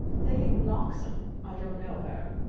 lady bloxham? i don't know her.